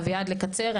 אביעד לקצר,